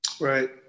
Right